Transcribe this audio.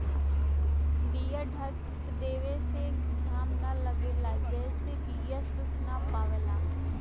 बीया ढक देवे से घाम न लगेला जेसे बीया सुख ना पावला